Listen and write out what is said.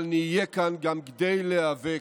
אבל נהיה כאן גם כדי להיאבק,